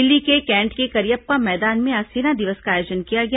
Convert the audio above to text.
दिल्ली के कैंट के करियप्पा मैदान में आज सेना दिवस का आयोजन किया गया